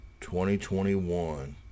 2021